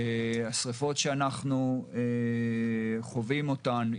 השריפות שאנחנו חווים אותן,